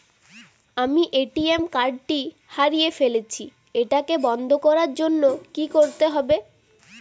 আমি ATM card টি হারিয়ে ফেলেছি এটাকে বন্ধ করার জন্য কি করতে হবে?